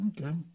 Okay